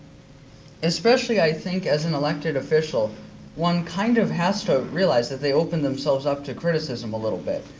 especially i think as an elected official one kind of has to realize that they open themselves up to criticism a little bit.